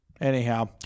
Anyhow